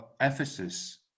Ephesus